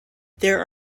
there